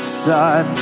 sun